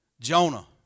Jonah